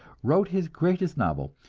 wrote his greatest novel,